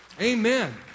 Amen